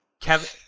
Kevin